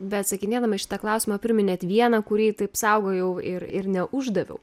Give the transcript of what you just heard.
beatsakinėdama į šitą klausimą priminėt vieną kurį taip saugojau ir ir neuždaviau